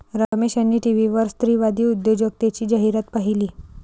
रमेश यांनी टीव्हीवर स्त्रीवादी उद्योजकतेची जाहिरात पाहिली